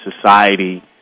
society